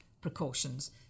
precautions